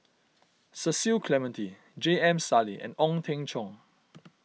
Cecil Clementi J M Sali and Ong Teng Cheong